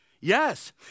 Yes